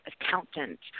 accountant